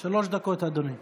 שלוש דקות אדוני.